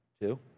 Two